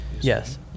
Yes